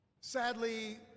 Sadly